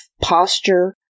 posture